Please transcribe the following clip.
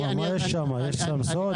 מה יש שם, יש שם סוד?